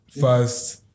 first